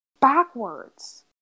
Backwards